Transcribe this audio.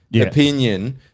opinion